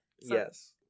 Yes